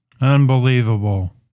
unbelievable